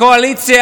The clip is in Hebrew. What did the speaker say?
הקואליציה,